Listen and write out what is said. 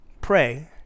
pray